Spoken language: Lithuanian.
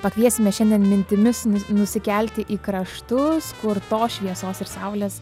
pakviesime šiandien mintimis nusikelti į kraštus kur tos šviesos ir saulės